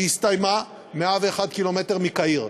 היא הסתיימה 101 קילומטר מקהיר.